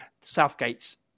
Southgate's